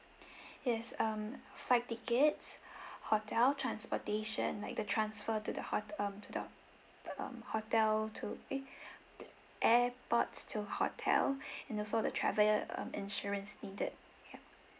yes um flight tickets hotel transportation like the transfer to the hot~ um to the um hotel to eh airports to hotel and also the travel um insurance needed yup